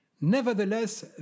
Nevertheless